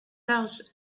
south